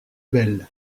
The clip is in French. belle